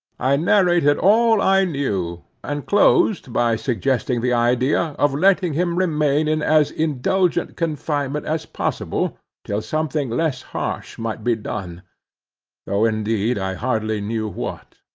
i narrated all i knew, and closed by suggesting the idea of letting him remain in as indulgent confinement as possible till something less harsh might be done though indeed i hardly knew what.